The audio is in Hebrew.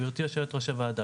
גבירתי יושבת-ראש הוועדה,